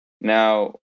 Now